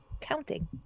counting